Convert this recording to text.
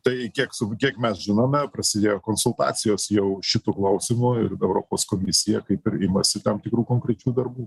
tai kiek su kiek mes žinome prasidėjo konsultacijos jau šitu klausimu ir europos komisija kaip ir imasi tam tikrų konkrečių darbų